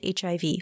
HIV